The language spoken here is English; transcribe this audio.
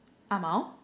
ah mao